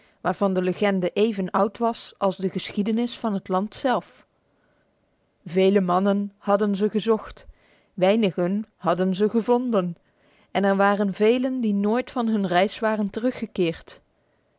waarvan de legende even oud was als de geschiedenis van het land zelf vele mannen hadden haar gezocht weinigen hadden haar gevonden en er waren velen die nooit van hun reis waren teruggekeerd